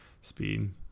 speed